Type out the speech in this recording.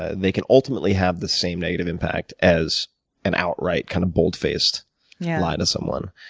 and they can ultimately have the same negative impact as an outright, kind of boldfaced yeah lie to someone.